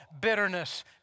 bitterness